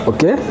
Okay